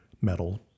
metal